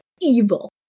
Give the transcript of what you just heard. evil